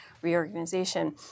reorganization